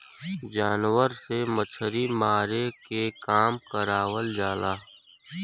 जानवर से मछरी मारे के काम करावल जाला